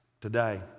Today